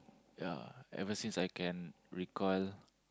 ya ever since I can recall